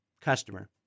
Customer